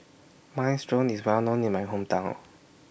Minestrone IS Well known in My Hometown